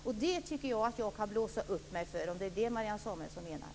Men jag kan blåsa upp mig för det, om det är vad Marianne Samuelsson menar.